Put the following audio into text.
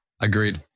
Agreed